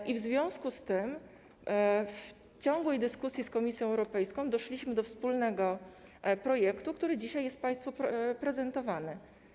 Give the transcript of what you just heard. I w związku z tym w ciągłej dyskusji z Komisją Europejską doszliśmy do wspólnego projektu, który dzisiaj jest państwu prezentowany.